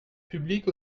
publique